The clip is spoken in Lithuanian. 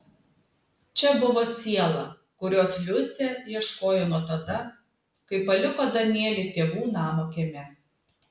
čia buvo siela kurios liusė ieškojo nuo tada kai paliko danielį tėvų namo kieme